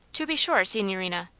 to be sure, signorina,